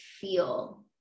feel